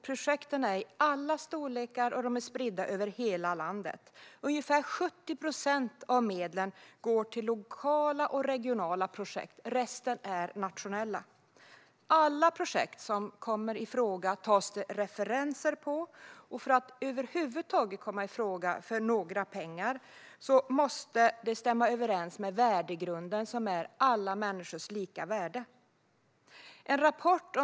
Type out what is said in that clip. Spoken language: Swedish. Projekten är i alla storlekar, och de är spridda över hela landet. Ungefär 70 procent av medlen går till lokala och regionala projekt. Resten av projekten är nationella. Alla projekt som kan komma i fråga tas det referenser på. För att överhuvudtaget komma i fråga för några pengar måste de stämma överens med värdegrunden inom fonden, som är alla människors lika värde.